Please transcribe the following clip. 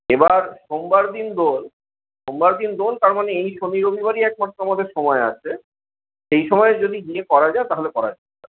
এ বার সোমবার দিন দোল সোমবার দিন দোল তার মানে এই শনি রবিবারই একমাত্র আমাদের সময় আছে এই সময় যদি গিয়ে করা যায় তা হলে করা যেতে পারে